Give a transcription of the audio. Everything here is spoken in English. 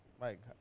Mike